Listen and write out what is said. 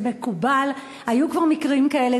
זה מקובל, היו כבר מקרים כאלה.